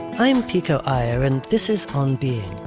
i'm pico iyer and this is on being.